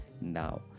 now